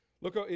Look